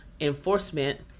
enforcement